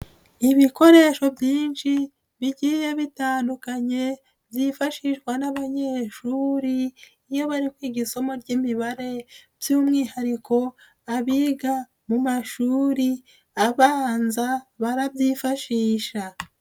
ibikoresho byinshi bigiye bitandukanye byifashishwa n'abanyeshuri, iyo bari kwiga isomo ry'imibare by'umwihariko abiga mu mashuri abanza barabyifashisha.